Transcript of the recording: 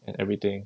and everything